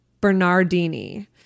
Bernardini